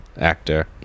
actor